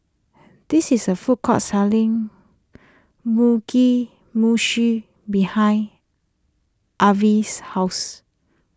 this is a food court selling Mugi Meshi behind Arvel's house